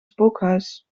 spookhuis